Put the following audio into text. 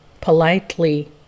politely